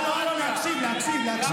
הלו, הלו, להקשיב, להקשיב, להקשיב.